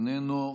איננו,